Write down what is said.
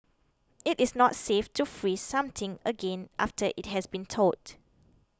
it is not safe to freeze something again after it has been thawed